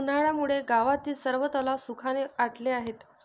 उन्हामुळे गावातील सर्व तलाव सुखाने आटले आहेत